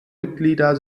mitglieder